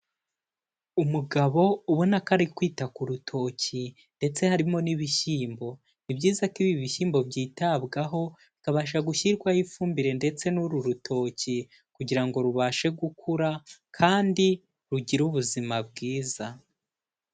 Umugabo ubona ko ari kwita ku rutoki ndetse harimo n'ibishyimbo, ni byiza ko ibi bishyimbo byitabwaho, bikabasha gushyirwaho ifumbire ndetse n'uru rutoki kugira ngo rubashe gukura kandi rugire ubuzima bwiza.